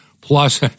Plus